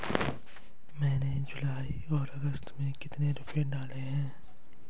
मैंने जुलाई और अगस्त में कितने रुपये डाले थे?